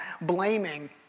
blaming